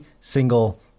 single